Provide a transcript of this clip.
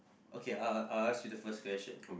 okay I I ask you the first question